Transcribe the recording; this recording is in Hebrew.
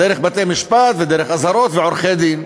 דרך בתי-משפט ודרך אזהרות ועורכי-דין.